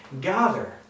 gather